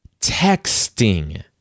texting